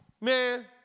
man